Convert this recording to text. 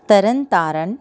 Tarn Taran